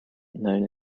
known